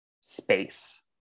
space